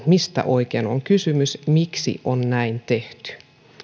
mistä oikein on kysymys miksi on näin tehty